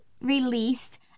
released